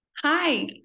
Hi